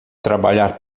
trabalhar